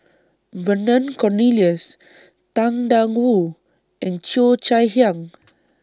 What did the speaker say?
Vernon Cornelius Tang DA Wu and Cheo Chai Hiang